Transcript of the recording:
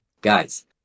guys